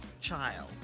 child